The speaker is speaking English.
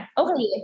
okay